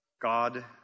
God